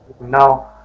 now